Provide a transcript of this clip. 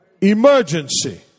Emergency